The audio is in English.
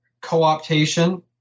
co-optation